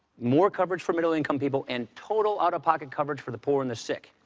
more coverage for middle-income people and total out-of-pocket coverage for the poor and the sick.